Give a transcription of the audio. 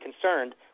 concerned